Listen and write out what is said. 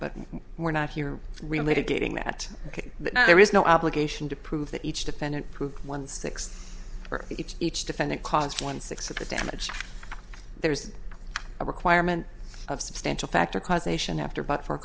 but we're not here related getting that ok but now there is no obligation to prove that each defendant proved one six for each each defendant caused one sixth of the damage there is a requirement of substantial factor causation after but for